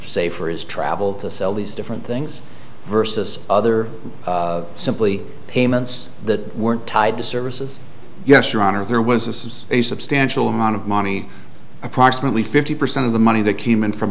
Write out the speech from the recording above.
for his travel to sell these different things versus other simply payments that weren't tied to services yes your honor there was is a substantial amount of money approximately fifty percent of the money that came in from